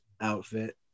outfit